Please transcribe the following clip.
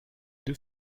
deux